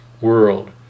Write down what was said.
world